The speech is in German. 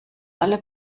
alle